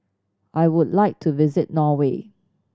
I would like to visit Norway